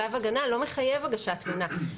צו הגנה לא מחייב הגשת תלונה,